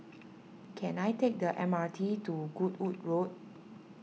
can I take the M R T to Goodwood Road